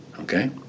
Okay